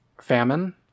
Famine